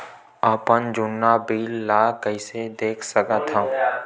अपन जुन्ना बिल ला कइसे देख सकत हाव?